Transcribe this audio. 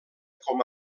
com